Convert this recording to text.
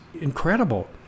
incredible